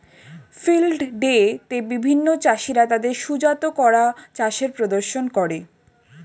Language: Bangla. ফিল্ড ডে তে বিভিন্ন চাষীরা তাদের সুজাত করা চাষের প্রদর্শন করে